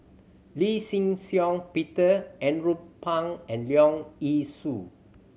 Lee Shih Shiong Peter Andrew Phang and Leong Yee Soo